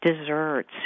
desserts